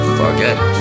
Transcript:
forget